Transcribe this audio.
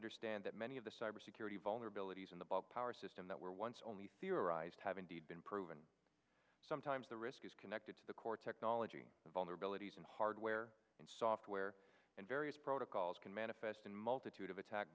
understand that many of the cyber security vulnerabilities in the bug power system that were once only theorized have indeed been proven sometimes the risk is connected to the core technology the vulnerabilities in hardware and software and various protocols can manifest in multitude of attack